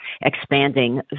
expanding